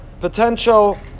potential